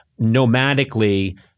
nomadically